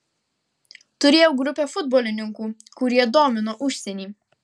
turėjau grupę futbolininkų kurie domino užsienį